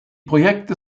projekte